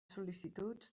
sol·licituds